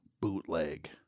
Bootleg